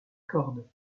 corde